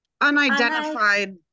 unidentified